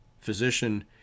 physician